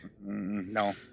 No